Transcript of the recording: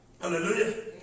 Hallelujah